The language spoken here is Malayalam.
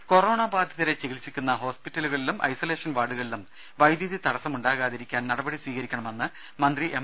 ദേദ കൊറോണ ബാധിതരെ ചികിത്സിക്കുന്ന ഹോസ്പിറ്റലുകളിലും ഐസൊലേഷൻ വാർഡുകളിലും വൈദ്യുതി തടസ്സം ഉണ്ടാകാതിരിക്കാൻ നടപടികൾ സ്വീകരിക്കണമെന്ന് മന്ത്രി എം